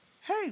hey